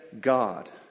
god